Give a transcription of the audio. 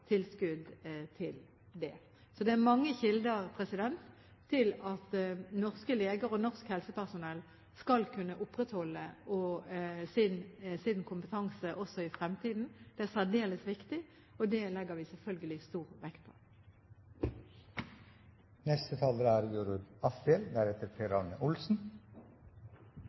tilskudd til det. Det er mange kilder til at norske leger og norsk helsepersonell skal kunne opprettholde sin kompetanse også i fremtiden. Det er særdeles viktig, og det legger vi selvfølgelig stor vekt på. Etter- og videreutdanning er